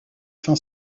fin